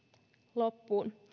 loppuun